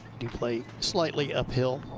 does play slightly uphill,